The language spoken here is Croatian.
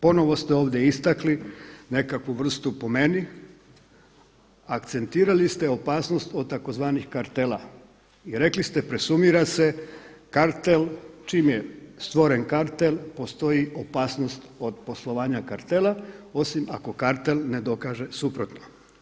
Ponovo ste ovdje istakli nekakvu vrstu po meni akcentirali ste opasnost od tzv. kartela i rekli ste presumira se kartel čim je stvoren kartel postoji opasnost od poslovanja kartela osim ako kartel ne dokaže suprotno.